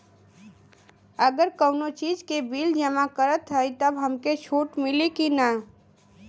अगर कउनो चीज़ के बिल जमा करत हई तब हमके छूट मिली कि ना?